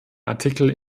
artikel